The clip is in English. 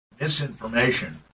misinformation